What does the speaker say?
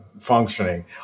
functioning